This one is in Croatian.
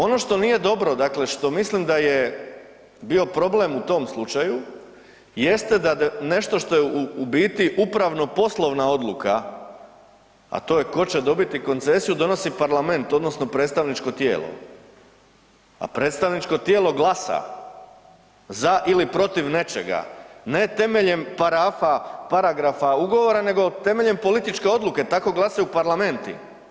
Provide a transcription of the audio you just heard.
Ono što nije dobro, dakle što mislim da je bio problem u tom slučaju, jeste da nešto što je u biti upravo poslovna odluka, a to je tko će dobit koncesiju, donosi parlament, odnosno predstavničko tijelo, a predstavničko tijelo glasa za ili protiv nečega, ne temeljem parafa paragrafa ugovora nego temeljem političke odluke, tako glasaju parlamenti.